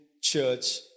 church